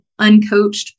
uncoached